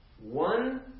One